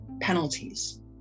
penalties